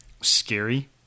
scary